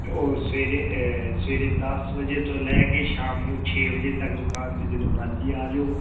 ਉਹ ਸਵੇਰੇ ਸਵੇਰੇ ਦਸ ਵਜੇ ਤੋਂ ਲੈ ਕੇ ਸ਼ਾਮ ਨੂੰ ਛੇ ਵਜੇ ਤੱਕ ਦੁਕਾਨ 'ਤੇ ਜਦੋਂ ਮਰਜ਼ੀ ਆ ਜਾਓ